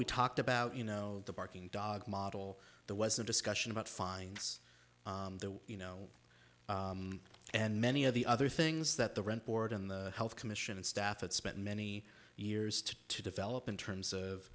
we talked about you know the barking dog model there was a discussion about fines you know and many of the other things that the rent board and the health commission staff it spent many years to to develop in terms of